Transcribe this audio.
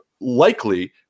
likely